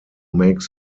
make